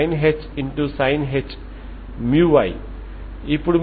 కనుక ఇది An0LnπLx dx0Lfcos nπLx dx